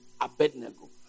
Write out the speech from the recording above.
Abednego